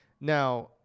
Now